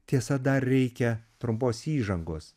tiesa dar reikia trumpos įžangos